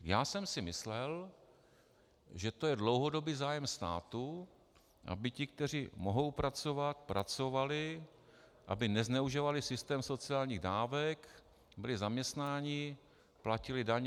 Já jsem si myslel, že to je dlouhodobý zájem státu, aby ti, kteří mohou pracovat, pracovali, aby nezneužívali systém sociálních dávek, byli zaměstnáni, platili daně.